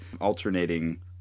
alternating